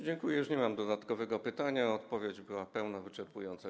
Dziękuję, już nie mam dodatkowego pytania, odpowiedź była pełna, wyczerpująca.